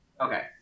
Okay